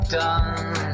done